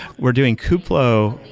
we're doing kubeflow.